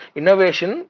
innovation